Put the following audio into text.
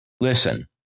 listen